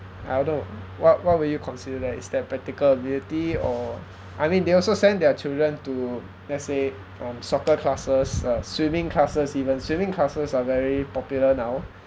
I don't know what what would you consider that is that practical ability or I mean they also send their children to let's say um soccer classes uh swimming classes even swimming classes are very popular now